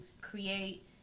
create